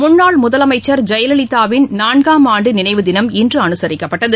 முன்னாள் முதலமைச்சா் ஜெயலலிதாவின் நான்காம் ஆண்டுநினைவு தினம் இன்றுஅனுசிக்கப்பட்டது